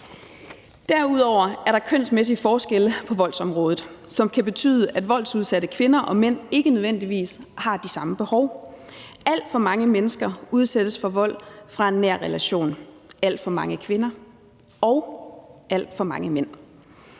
Derudover er der kønsmæssige forskelle på voldsområdet, som kan betyde, at voldsudsatte kvinder og mænd ikke nødvendigvis har de samme behov. Alt for mange mennesker udsættes for vold af nogen i en nær relation – alt for mange kvinder og alt for mange mænd.